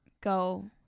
go